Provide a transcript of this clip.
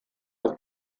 als